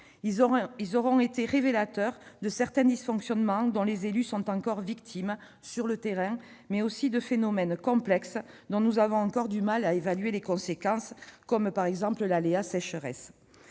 Ils auront été révélateurs de certains dysfonctionnements dont les élus sont encore victimes sur le terrain, mais aussi de phénomènes complexes dont nous avons encore du mal à évaluer les conséquences, notamment pour ce qui concerne la sécheresse.